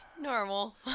Normal